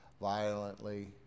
violently